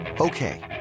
Okay